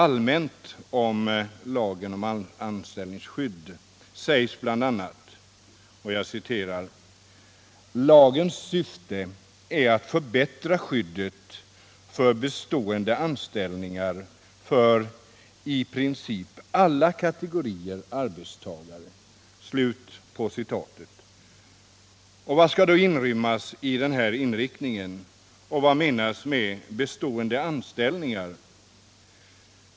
”Lagens syfte är att förbättra skyddet för bestående anställningar för i princip alla kategorier arbetstagare.” Vad skall då inrymmas i denna inriktning? Och vad menas med bestående anställningar?